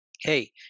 Hey